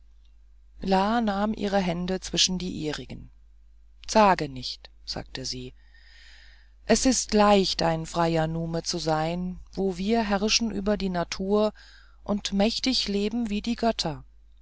nahm ihre hände zwischen die ihrigen zage nicht sagte sie es ist leicht ein freier nume sein wo wir herrschen über die natur und mächtig leben wie die götter